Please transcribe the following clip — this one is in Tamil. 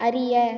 அறிய